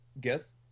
guess